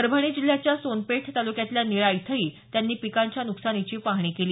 परभणी जिल्ह्याच्या सोनपेठ तालुक्यातल्या निळा इथंही त्यांनी पिकांच्या नुकसानीची पाहणी केली